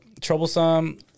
troublesome